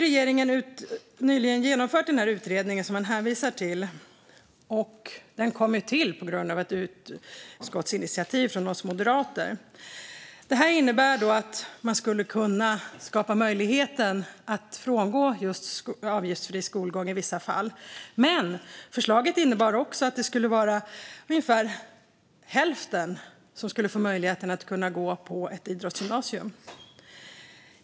Regeringen har nyligen genomfört den utredning som man hänvisar till, och den kom till på grund av ett utskottsinitiativ från oss moderater. Det innebär att man skulle kunna skapa möjligheten att frångå just avgiftsfri skolgång i vissa fall. Men förslaget innebär också att det bara skulle vara ungefär hälften som skulle få möjligheten att gå på ett idrottsgymnasium.